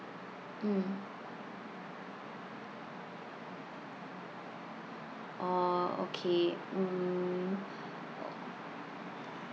mm orh okay mm